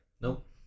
Nope